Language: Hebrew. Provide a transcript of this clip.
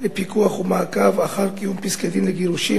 לפיקוח ומעקב אחר קיום פסקי-דין לגירושין